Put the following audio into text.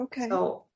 Okay